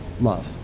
love